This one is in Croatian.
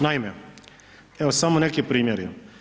Naime, evo samo neki primjeri.